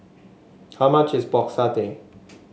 how much is Pork Satay